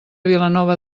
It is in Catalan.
vilanova